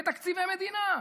בתקציבי מדינה.